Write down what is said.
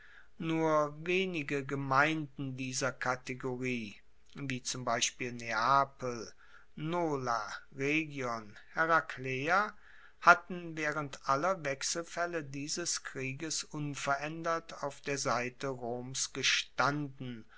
nur wenige gemeinden dieser kategorie wie zum beispiel neapel nola rhegion herakleia hatten waehrend aller wechselfaelle dieses krieges unveraendert auf der seite roms gestanden